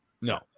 no